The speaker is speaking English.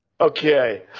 Okay